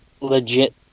legit